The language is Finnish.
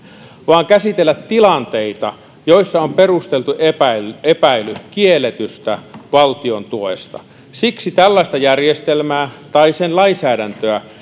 vaan käsitellä tilanteita joissa on perusteltu epäily epäily kielletystä valtiontuesta siksi tällaista järjestelmää tai sen lainsäädäntöä